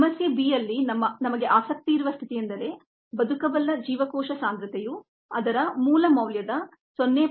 ಸಮಸ್ಯೆ b ಯಲ್ಲಿ ನಮಗೆ ಆಸಕ್ತಿಯಿರುವ ಸ್ಥಿತಿಯೆಂದರೆ ವ್ಯೆಯಬಲ್ ಸೆಲ್ ಕಾನ್ಸಂಟ್ರೇಶನ್ ಅದರ ಮೂಲ ಮೌಲ್ಯದ 0